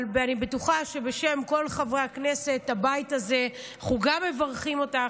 אבל אני בטוחה שבשם כל חברי הכנסת בבית הזה אנחנו מברכים אותך.